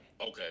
okay